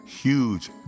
huge